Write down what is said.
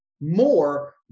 more